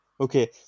Okay